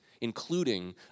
including